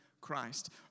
Christ